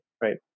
right